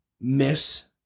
miss